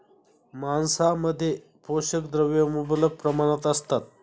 मांसामध्ये पोषक द्रव्ये मुबलक प्रमाणात असतात